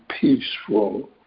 peaceful